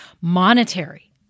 monetary